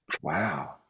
wow